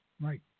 Right